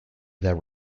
their